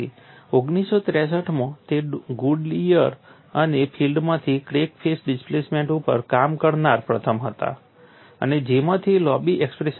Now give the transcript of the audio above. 1963 માં તે ગુડિયર અને ફિલ્ડમાંથી ક્રેક ફેસ ડિસ્પ્લેસમેન્ટ ઉપર કામ કરનારા પ્રથમ હતા અને જેમાંથી લાંબી એક્સપ્રેશન મળી હતી